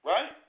Right